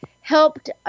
helped